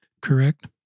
correct